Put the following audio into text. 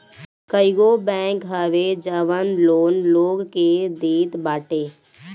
कईगो बैंक हवे जवन लोन लोग के देत बाटे